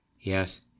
Yes